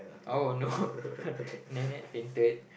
oh no nenek fainted